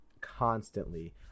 constantly